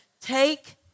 Take